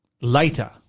later